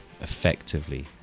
effectively